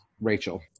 rachel